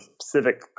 civic